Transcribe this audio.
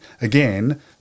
again